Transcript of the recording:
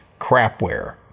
crapware